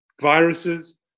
viruses